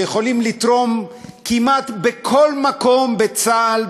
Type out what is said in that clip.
שיכולים לתרום כמעט בכל מקום בצה"ל,